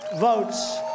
votes